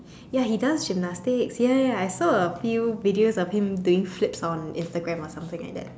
ya he does gymnastics ya ya ya I saw a few videos of him doing flips on Instagram or something like that